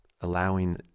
allowing